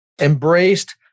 embraced